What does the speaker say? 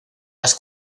las